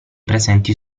presenti